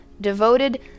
devoted